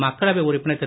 மக்களவை உறுப்பினர் திரு